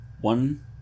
One